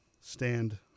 stand